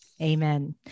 Amen